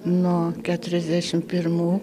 nuo keturiasdešimt pirmų